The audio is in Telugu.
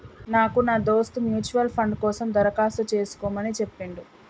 నాకు నా దోస్త్ మ్యూచువల్ ఫండ్ కోసం దరఖాస్తు చేసుకోమని చెప్పిండు